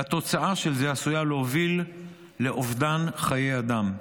והתוצאה של זה עשויה להוביל לאובדן חיי אדם.